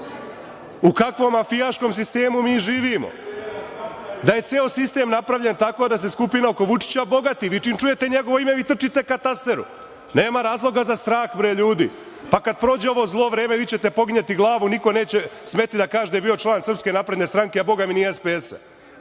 u kakvom mafijaškom sistemu mi živimo, da je ceo sistem napravljen tako da se skupina oko Vučića bogati. Vi čim čujete njegovo ime, vi trčite ka tasteru. Nema razloga za strah, bre, ljudi. Kada prođe ovo zlo vreme vi ćete poginjati glavu. Niko neće smeti da kaže da je bio član Srpske napredne stranke, a bogami ni SPS-a.